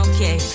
Okay